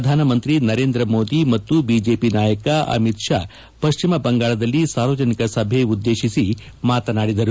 ಪ್ರಧಾನಮಂತ್ರಿ ನರೇಂದ್ರ ಮೋದಿ ಮತ್ತು ಬಿಜೆಪಿ ನಾಯಕ ಅಮಿತ್ ಶಾ ಪಶ್ಚಿಮ ಬಂಗಾಳದಲ್ಲಿ ಸಾರ್ವಜನಿಕ ಸಭೆ ಉದ್ದೇಶಿಸಿ ಮಾತನಾಡಿದರು